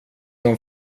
dem